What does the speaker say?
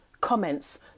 comments